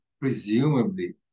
presumably